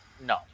No